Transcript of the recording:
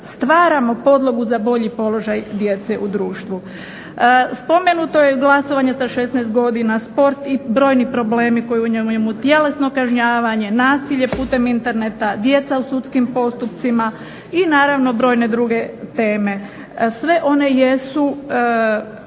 stvaramo podlogu za bolji položaj djece u društvu. Spomenuto je glasovanje sa 16 godina, sport i brojni problemi koje u njemu ima, tjelesno kažnjavanje, nasilje putem interneta, djeca u sudskim postupcima i naravno brojne druge teme. Sve one jesu